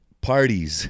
parties